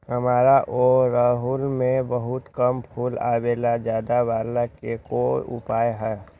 हमारा ओरहुल में बहुत कम फूल आवेला ज्यादा वाले के कोइ उपाय हैं?